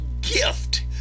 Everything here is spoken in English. gift